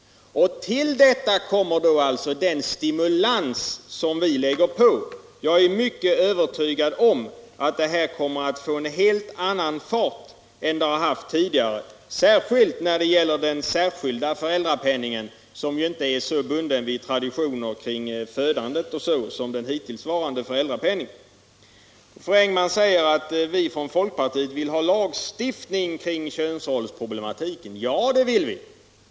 Till detta kommer Tisdagen den alltså den stimulans som vi lägger på. Jag är starkt övertygad om att 17 maj 1977 utvecklingen i denna riktning kommer att få en helt annan fart änden LL har haft tidigare, i synnerhet när det gäller den skärpta föräldrapenningen = Föräldraförsäkringsom ju inte är lika bunden vid traditioner kring födandet m.m. som en, m.m. den hittillsvarande föräldrapenningen. Fröken Engman säger att vi från folkpartiet vill ha lagstiftning kring könsrollsproblematiken. Ja, det vill vi ha.